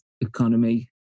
economy